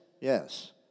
yes